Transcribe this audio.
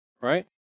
right